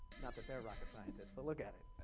not that they are rocket scientists, but look at it.